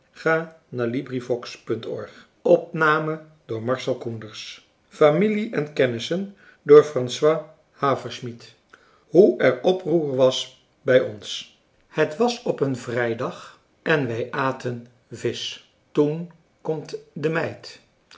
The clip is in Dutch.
haverschmidt familie en kennissen hoe er oproer was bij ons het was op een vrijdag en wij aten visch toen komt de meid